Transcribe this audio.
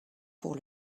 pour